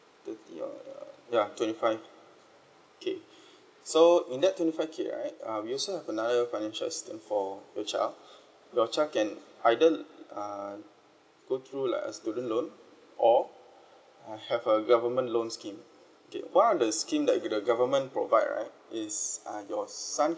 thirty or ya ya twenty five K so in that twenty five K right uh we also have another financial assistance for your child your child can either uh go through like a student loan or I have a government loans scheme okay what are the loan scheme that the government provide right is uh your son